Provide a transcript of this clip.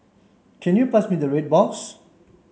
can you pass me the red box